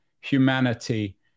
Humanity